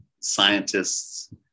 scientists